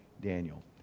Daniel